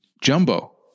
Jumbo